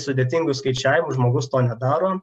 sudėtingus skaičiavimus žmogus to nedaro